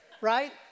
right